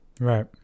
Right